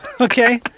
okay